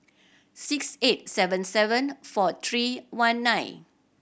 six eight seven seven four three one nine